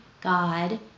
God